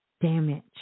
damage